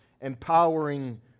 Empowering